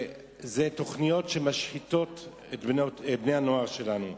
אלה תוכניות שמשחיתות את בני הנוער שלנו.